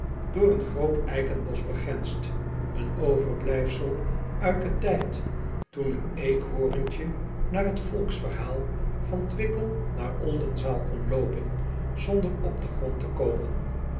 door een groot eikenbosch begrensd een overblijfsel uit den tijd toen een eekhoorntje naar het volksverhaal van wickel naar ldenzaal kon loopen zonder op den grond te komen